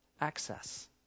access